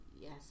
yes